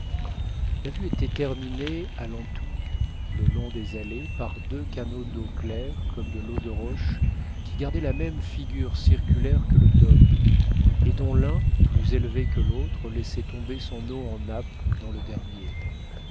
la vue était terminée à l'entour le long des allées par deux canaux d'eau claire comme de l'eau de roche qui gardaient la même figure circulaire que le dôme et dont l'un plus élevé que l'autre laissait tomber son eau en m nappe dans le dernier